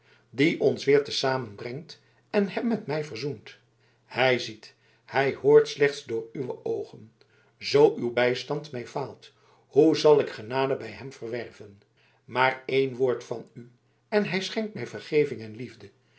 die ons weer te zamen brengt en hem met mij verzoent hij ziet hij hoort slechts door uwe oogen zoo uw bijstand mij faalt hoe zal ik genade bij hem verwerven maar een woord van u en hij schenkt mij vergeving en liefde